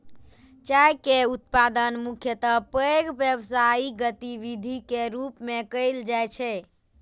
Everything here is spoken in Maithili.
चाय के उत्पादन मुख्यतः पैघ व्यावसायिक गतिविधिक रूप मे कैल जाइ छै